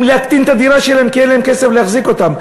להקטין את הדירה שלהם כי אין להם כסף להחזיק אותה.